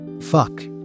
Fuck